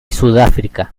sudáfrica